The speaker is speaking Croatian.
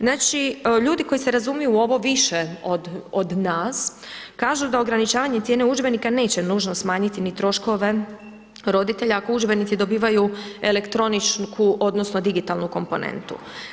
Znači, ljudi koji se razumiju u ovo više od nas, kažu da ograničavanje cijene udžbenika neće nužno smanjiti ni troškove roditelja ako udžbenici dobivaju elektroničku odnosno digitalnu komponentu.